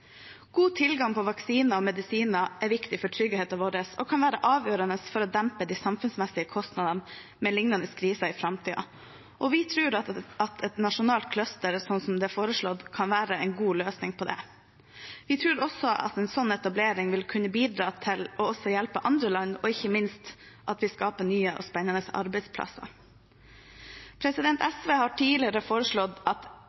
God tilgang på vaksiner og medisiner er viktig for tryggheten vår og kan være avgjørende for å dempe de samfunnsmessige kostnadene ved liknende kriser i framtiden. Vi tror at et nasjonalt cluster sånn som det er foreslått, kan være en god løsning på det. Vi tror også at en sånn etablering vil kunne bidra til å hjelpe andre land og ikke minst at vi skaper nye og spennende arbeidsplasser.